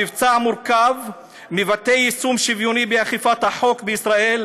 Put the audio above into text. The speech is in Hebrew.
המבצע המורכב מבטא יישום שוויוני באכיפת החוק בישראל,